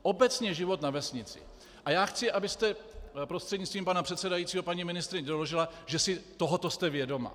Obecně život na vesnici, a já chci, abyste prostřednictvím pana předsedajícího paní ministryně, doložila, že si tohoto jste vědoma.